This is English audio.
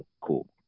Cool